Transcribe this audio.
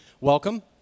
welcome